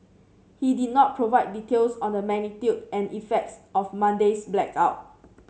he did not provide details on the magnitude and effects of Monday's blackout